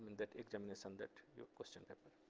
that examination, that your question paper.